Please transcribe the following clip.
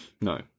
No